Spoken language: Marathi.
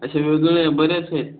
असे वेगवेगळे बरेच आहेत